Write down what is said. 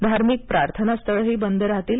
धार्मिक प्रार्थनास्थळेही बंद राहतील